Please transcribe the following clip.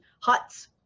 huts